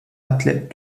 athlète